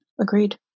Agreed